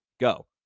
go